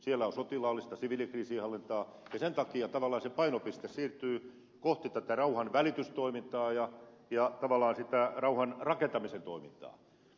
siellä on sotilaallista ja siviilikriisinhallintaa ja sen takia painopiste tavallaan siirtyy kohti rauhanvälitystoimintaa ja rauhanrakentamisen toimintaa